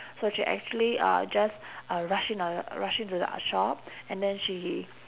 so she actually uh just uh rushed in on a rush into the uh shop and then she